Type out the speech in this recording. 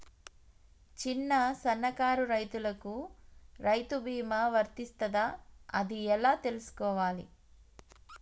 చిన్న సన్నకారు రైతులకు రైతు బీమా వర్తిస్తదా అది ఎలా తెలుసుకోవాలి?